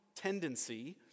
tendency